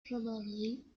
primarily